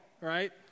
right